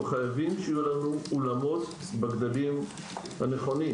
חייבים שיהיו לנו אולמות בגדלים הנכונים